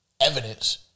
evidence